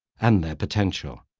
and their potential.